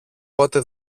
πότε